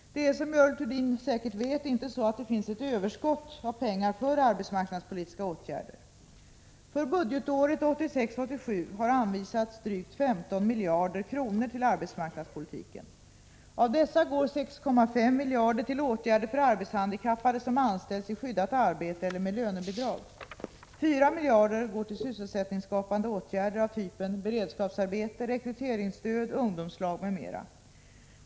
Det är, som Görel Thurdin säkert vet, inte så att det finns ett överskott av pengar för arbetsmarknadspolitiska åtgärder. För budgetåret 1986/87 har anvisats drygt 15 miljarder kronor till arbetsmarknadspolitiken. Av dessa går 6,5 miljarder till åtgärder för arbetshandikappade, som anställs i skyddat arbete eller med lönebidrag. 4 miljarder går till sysselsättningsskapande åtgärder av typen beredskapsarbeten, rekryteringsstöd, ungdomslag m.m.